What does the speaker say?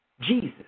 Jesus